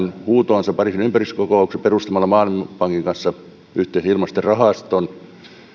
huutoonsa pariisin ilmastokokouksessa perustamalla maailmanpankin kanssa yhteisen ilmastorahaston